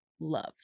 loved